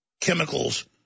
chemicals